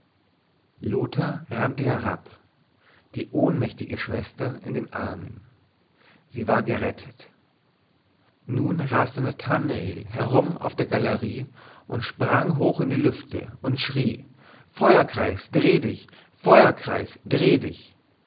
lothar rannte herab die ohnmächtige schwester in den armen sie war gerettet nun raste nathanael herum auf der galerie und sprang hoch in die lüfte und schrie feuerkreis dreh dich feuerkreis dreh dich